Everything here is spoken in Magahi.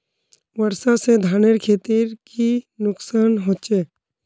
वर्षा से धानेर खेतीर की नुकसान होचे?